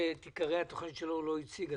שאת עיקרי התוכנית שלו הוא לא הציג עדיין.